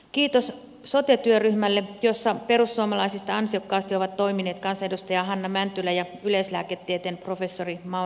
kiitos sote työryhmälle jossa perussuomalaisista ansiokkaasti ovat toimineet kansanedustaja hanna mäntylä ja yleislääketieteen professori mauno vanhala